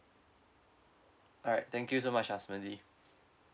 alright thank you so much azbadi